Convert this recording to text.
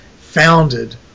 founded